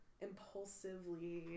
impulsively